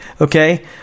Okay